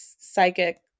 psychic